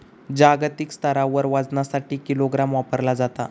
जागतिक स्तरावर वजनासाठी किलोग्राम वापरला जाता